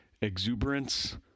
exuberance